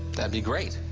that'd be great.